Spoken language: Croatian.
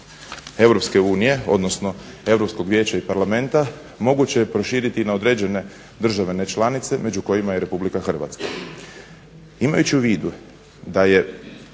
odlukom EU odnosno Europskog vijeća i parlamenta moguće je proširiti na određene države nečlanice među kojima je RH. Imajući u vidu da je